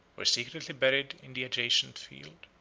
were secretly buried in the adjacent field.